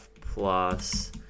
plus